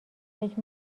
فکر